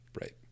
Right